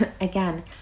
again